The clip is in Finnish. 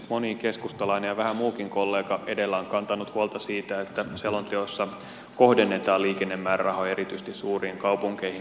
moni keskustalainen ja vähän muutkin kollegat edellä ovat kantaneet huolta siitä että selonteossa kohdennetaan liikennemäärärahoja erityisesti suuriin kaupunkeihin